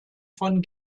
von